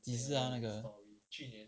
及时 ah 那个